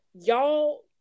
y'all